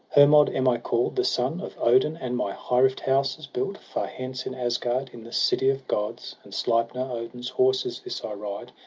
hermod am i call'd, the son of odin and my high-roof d house is built far hence, in asgard, in the city of gods and sleipner, odin's horse, is this i ride.